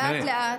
לאט-לאט.